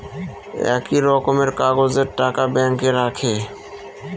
একই রকমের কাগজের টাকা ব্যাঙ্কে রাখে